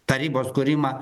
tarybos kūrimą